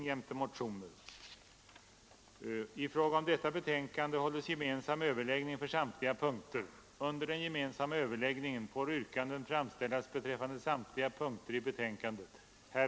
B. begära att Kungl. Maj:t efter samråd med universitetskanslersämbetet och berörda forskningsråd lämnade förslag till årets riksdag om fördelningen av dessa tjänster.